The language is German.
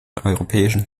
europäischen